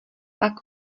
pak